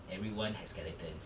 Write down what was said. everyone has skeletons